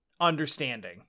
understanding